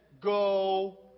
go